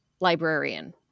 librarian